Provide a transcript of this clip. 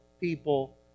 people